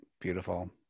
Beautiful